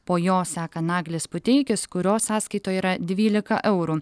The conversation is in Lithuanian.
po jo seka naglis puteikis kurio sąskaitoj yra dvylika eurų